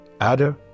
adder